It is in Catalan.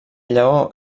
lleó